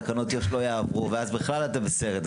תקנות יו"ש לא יעברו, ואז בכלל אתה בסרט.